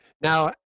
Now